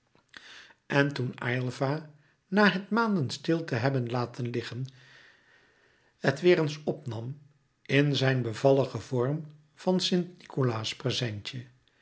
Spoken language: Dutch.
en toen aylva na het maanden stil te hebben laten liggen het weêr eens opnam in zijn bevalligen vorm van